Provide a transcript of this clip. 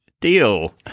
deal